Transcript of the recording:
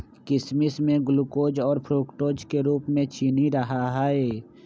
किशमिश में ग्लूकोज और फ्रुक्टोज के रूप में चीनी रहा हई